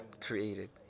created